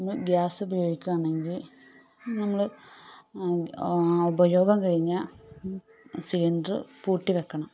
gas ഉപയോഗിക്കുക ആണെങ്കിൽ നമ്മൾ ഉപയോഗം കഴിഞ്ഞ സിലിണ്ടർ പൂട്ടി വെക്കണം